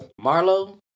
Marlo